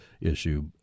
issue